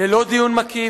ללא דיון מקיף,